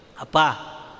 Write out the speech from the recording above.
Apa